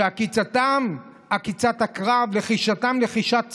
שעקיצתם עקיצת עקרב, לחישתם לחישת שרף.